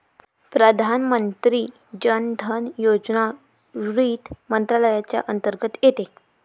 प्रधानमंत्री जन धन योजना वित्त मंत्रालयाच्या अंतर्गत येते